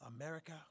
America